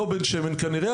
לא בן שמן כנראה,